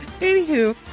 Anywho